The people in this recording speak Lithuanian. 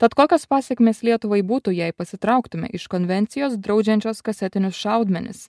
tad kokios pasekmės lietuvai būtų jei pasitrauktume iš konvencijos draudžiančios kasetinius šaudmenis